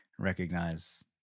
recognize